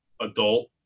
adult